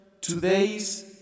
today's